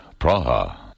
Praha